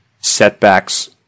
setbacks